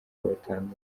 batandatu